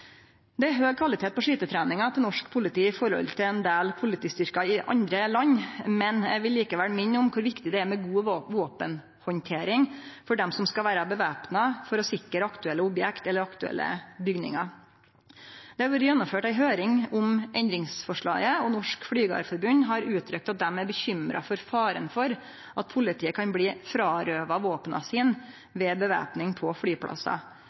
Det er høg kvalitet på skytetreninga til norsk politi i forhold til ein del politistyrkar i andre land, men eg vil likevel minne om kor viktig det er med god våpenhandtering for dei som skal vera væpna, for å sikre aktuelle objekt eller aktuelle bygningar. Det har vore gjennomført ei høyring om endringsforslaget, og Norsk Flygerforbund har uttrykt at dei er bekymra for faren for at politiet kan bli frårøva våpna sine ved væpning på flyplassar.